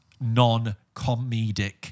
non-comedic